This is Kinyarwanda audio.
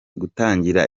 gutangira